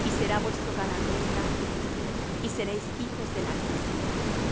y será vuestro galardón grande y seréis hijos del altísimo